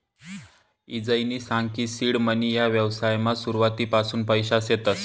ईजयनी सांग की सीड मनी ह्या व्यवसायमा सुरुवातपासून पैसा शेतस